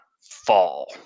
fall